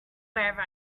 wherever